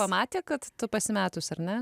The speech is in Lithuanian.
pamatė kad tu pasimetus ar ne